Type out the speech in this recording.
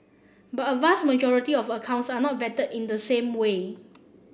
but a vast majority of accounts are not vetted in the same way